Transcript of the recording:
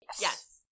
yes